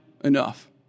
enough